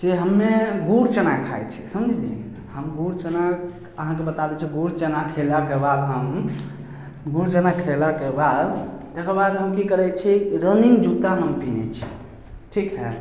से हमे गुड़ चना खाइ छी समझलिए हम गुड़ चना अहाँकेँ बता दै छी गुड़ चना खएलाके बाद हम गुड़ चना खएलाके बाद तकर बाद हम कि करै छी रनिन्ग जुत्ता हम पिन्है छी ठीक हइ